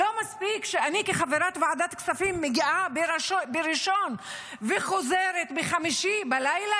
לא מספיק שאני כחברת ועדת הכספים מגיעה בראשון וחוזרת בחמישי בלילה,